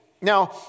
now